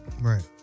right